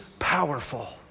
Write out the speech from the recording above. Powerful